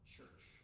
Church